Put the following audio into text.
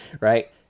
right